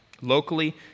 locally